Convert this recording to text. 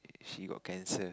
she got cancer